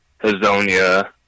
Hazonia